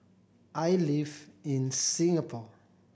I live in Singapore